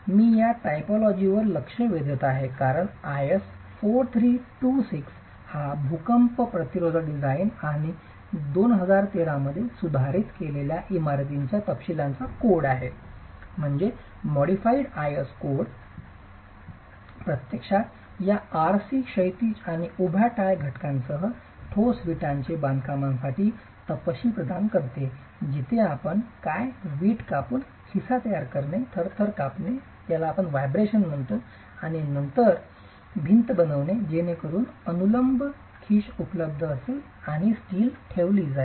मी या टायपॉलॉजीवर लक्ष वेधत आहे कारण IS 4326 हा भूकंप प्रतिरोधक डिझाईन आणि 2013 मध्ये सुधारित केलेल्या इमारतींच्या तपशीलांचा कोड आहे प्रत्यक्षात या RC क्षैतिज आणि उभ्या टाय घटकांसह ठोस विटांचे बांधकामासाठी तपशील प्रदान करते जिथे आपण काय वीट कापून खिशा तयार करणे थर थर करणे आणि नंतर भिंत बनविणे जेणेकरून अनुलंब खिश उपलब्ध असेल स्टील ठेवली जाईल